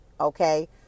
okay